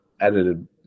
edited